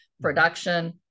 Production